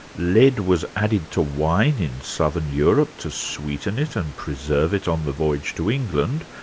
lead was added to wine in southern europe to sweeten it and preserve it on the voyage to england,